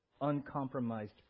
uncompromised